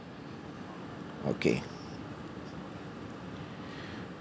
okay